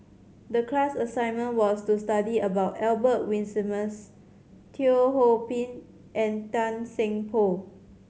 the class assignment was to study about Albert Winsemius Teo Ho Pin and Tan Seng Poh